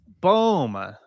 boom